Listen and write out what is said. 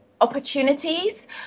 opportunities